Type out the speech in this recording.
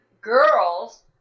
girls